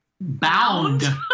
bound